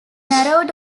narrowed